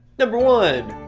number one!